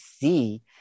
see